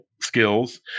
skills